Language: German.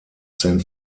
san